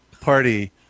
party